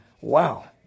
Wow